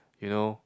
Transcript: you know